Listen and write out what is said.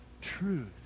truth